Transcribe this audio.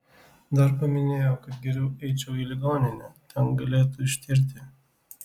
dar paminėjo kad geriau eičiau į ligoninę ten galėtų ištirti